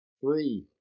three